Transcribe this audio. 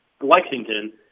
Lexington